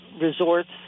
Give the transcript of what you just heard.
resorts